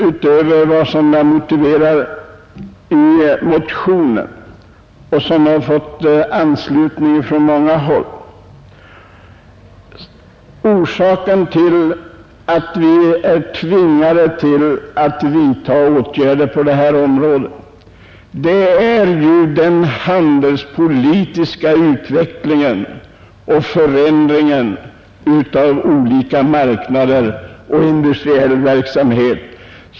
Utöver de motiv vi anfört i motionen — som fått anslutning på många håll — vill jag framhålla, att orsaken till att vi är tvingade att vidta åtgärder på detta område är den handelspolitiska utvecklingen och förändringarna av olika marknader och industriell verksamhet.